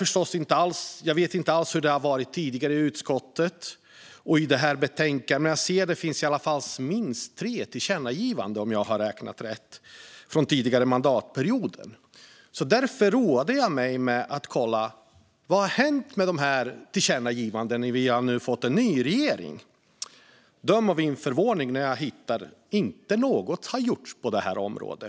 Jag vet inte alls hur det har varit tidigare i utskottet och i motsvarande betänkanden, men om jag har räknat rätt finns det minst tre tillkännagivanden från förra mandatperioden. Därför roade jag mig med att kolla vad som hänt med de tillkännagivandena nu när vi fått en ny regering. Döm om min förvåning när jag inte hittar något som gjorts på detta område!